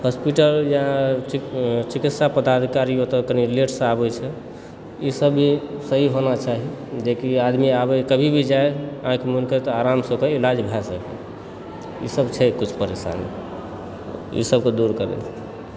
hospital या चिकित्सा पदाधिकारी ओतय कने लेटसँ आबै छथि ई सब भी सही होना चाही जे कि आदमी आबै कभी भी जाइ आँखि मुनिकऽ तऽ आरामसँ ओतय इलाज भए सकै ई सब छै किछु परेशानी ई सबकेँ दूर करू